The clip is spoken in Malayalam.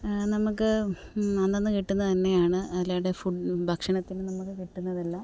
നമുക്ക് അന്നന്ന് കിട്ടുന്ന തന്നെയാണ് അല്ലാതെ ഫുഡ് ഭക്ഷണത്തിനു നമുക്ക് കിട്ടുന്നതല്ല